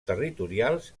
territorials